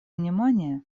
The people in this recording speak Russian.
внимание